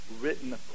written